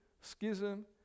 schism